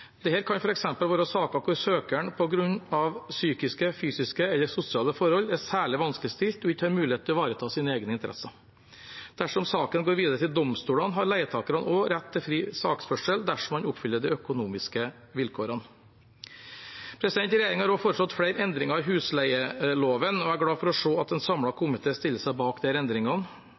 Det kan f.eks. gjelde i saker der søker på grunn av psykiske, fysiske eller sosiale forhold er særlig vanskeligstilt og ikke har mulighet til å ivareta egne interesser. Dersom saken går videre til domstolene, har leietaker også rett til fri saksførsel dersom man oppfyller de økonomiske vilkårene. Regjeringen har også foreslått flere endringer i husleieloven, og jeg er glad for å se at en samlet komité stiller seg bak disse endringene.